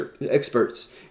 experts